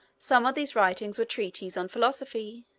some of these writings were treatises on philosophy,